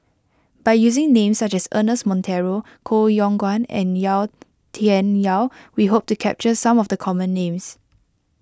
by using names such as Ernest Monteiro Koh Yong Guan and Yau Tian Yau we hope to capture some of the common names